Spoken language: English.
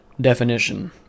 definition